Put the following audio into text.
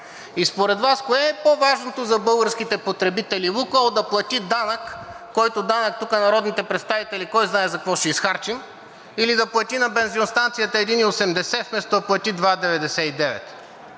И според Вас кое е по-важното за българските потребители – „Лукойл“ да плати данък, който данък тук народните представители кой знае за какво ще изхарчим, или да плати на бензиностанцията 1,80 лв., вместо да плати 2,99